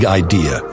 idea